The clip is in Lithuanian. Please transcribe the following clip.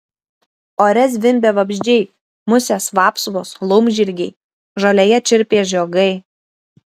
ore zvimbė vabzdžiai musės vapsvos laumžirgiai žolėje čirpė žiogai